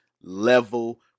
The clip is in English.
level